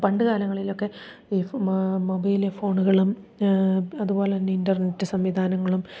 പണ്ട് കാലങ്ങളിലൊക്കെ ഈ ഫോ മൊബൈൽ ഫോണുകളും അതുപോലെ തന്നെ ഇൻ്റർനെറ്റ് സംവിധാനങ്ങളും